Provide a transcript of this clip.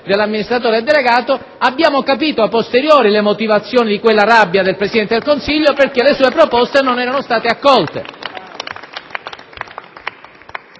dell'amministratore delegato, abbiamo capito *a posteriori* le motivazioni della rabbia del Presidente del Consiglio in quanto le sue proposte non erano state accolte.